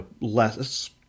less